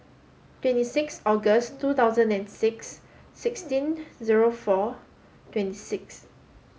twenty six August two thousand and six sixteen zero four twenty six